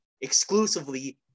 exclusively